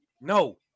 No